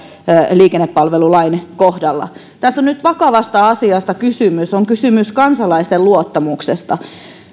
liikennepalvelulain kohdalla tässä on nyt vakavasta asiasta kysymys on kysymys kansalaisten luottamuksesta